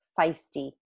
feisty